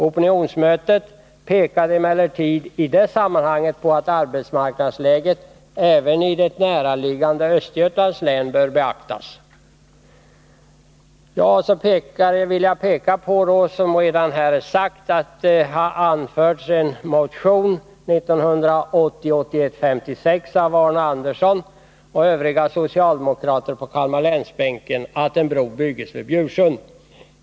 Opinionsmötet pekade emellertid i det sammanhanget på att arbetsmarknadsläget även i det närliggande Östergötlands län bör beaktas. I anledning av besparingspropositionen begärs nu, som redan sagts, i motion 1980/81:56 av Arne Andersson i Gamleby och övriga socialdemokrater på Kalmarlänsbänken att en bro byggs vid Bjursund.